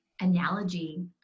analogy